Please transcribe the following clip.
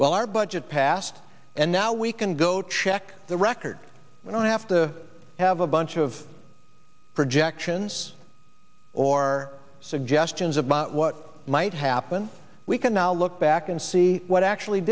well our budget passed and now we can go check the record i don't have to have a bunch of projections or suggestions about what might happen we cannot i look back and see what actually